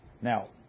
now